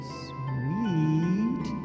sweet